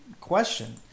question